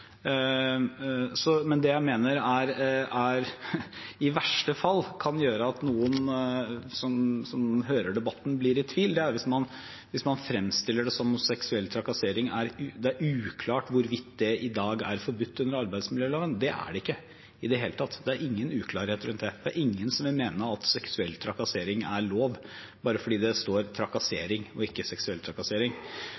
Men det jeg mener i verste fall kan gjøre at noen som hører debatten, blir i tvil, er hvis man fremstiller det som at det er uklart hvorvidt seksuell trakassering i dag er forbudt under arbeidsmiljøloven. Det er det ikke i det hele tatt. Det er ingen uklarhet rundt det. Det er ingen som vil mene at seksuell trakassering er lov, bare fordi det står